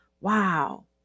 Wow